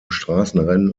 straßenrennen